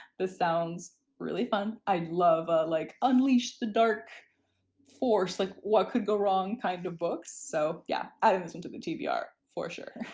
sounds really fun. i love a like unleash the dark force, like what could go wrong' kind of books. so yeah i added this one to the tbr for sure.